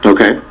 Okay